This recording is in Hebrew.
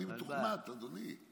אני מתוכנת, אדוני.